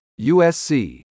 USC